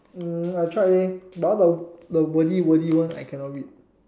uh I tried leh but all the the wordy wordy one I cannot read